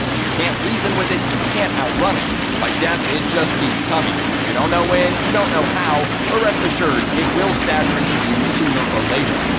you can't reason with it. you can't outrun it. like death, it just keeps coming. you don't know when. you don't know how. but rest assured, it will stagger into view sooner or later.